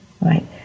right